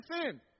sin